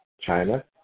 China